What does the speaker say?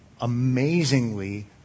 amazingly